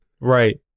Right